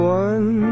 one